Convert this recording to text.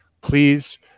please